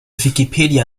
wikipedia